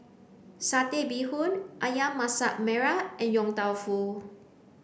satay bee hoon ayam masak merah and yong tau foo